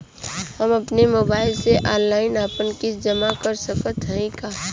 हम अपने मोबाइल से ऑनलाइन आपन किस्त जमा कर सकत हई का?